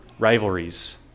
Rivalries